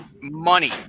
Money